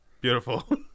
beautiful